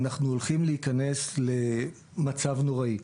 אנחנו הולכים להיכנס למצב נוראי.